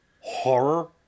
horror